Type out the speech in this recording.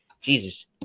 Jesus